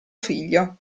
figlio